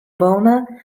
boner